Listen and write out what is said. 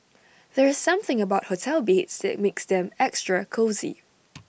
there's something about hotel beds that makes them extra cosy